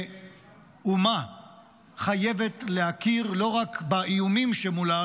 ואומה חייבת להכיר לא רק באיומים שמולה,